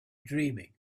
dreaming